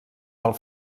del